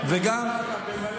ומלא יישובים.